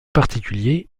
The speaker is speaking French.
particulier